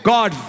God